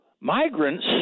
migrants